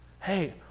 Hey